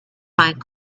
find